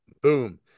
Boom